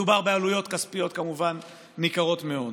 מדובר כמובן בעלויות כספיות ניכרות מאוד.